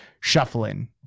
shuffling